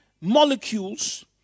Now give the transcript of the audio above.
molecules